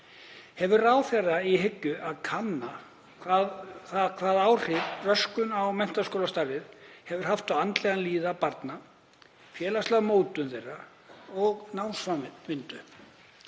Hefur ráðherra í hyggju að kanna hvaða áhrif röskun á menntaskólastarfi hefur haft á andlega líðan barna, félagslega mótun þeirra og námsframvindu?